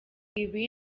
ibi